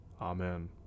Amen